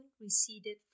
receded